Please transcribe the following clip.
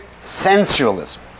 sensualism